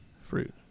fruit